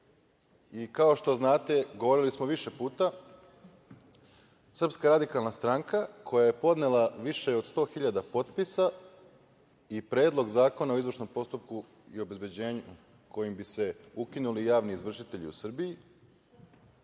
što znate, govorili smo više puta, Srpska radikalna stranka, koja je podnela više od 100 hiljada potpisa i Predlog zakona o izvršnom postupku i obezbeđenju kojim bi se ukinuli javni izvršitelji u Srbiji,